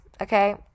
okay